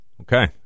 Okay